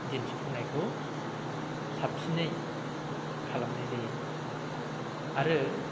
दिन्थिफुंनायखौ साबसिनै खालामनाय जायो आरो